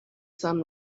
sun